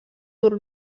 dur